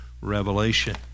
Revelation